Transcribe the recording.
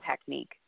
technique